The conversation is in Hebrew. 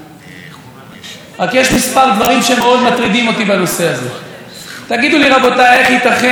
איך ייתכן שטרם נגמרה חקירת השב"כ,